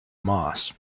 moss